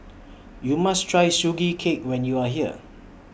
YOU must Try Sugee Cake when YOU Are here